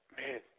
man